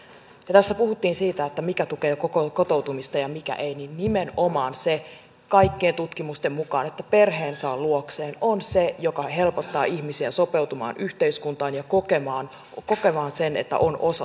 ja tässä puhuttiin siitä että mikä tulee kotoutumista ja mikä ei niin nimenomaan se kaikkien tutkimusten mukaan että perheen saa luokseen on se joka helpottaa ihmisiä sopeutumaan yhteiskuntaan ja kokemaan sen että on osa sitä yhteiskuntaa